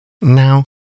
Now